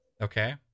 Okay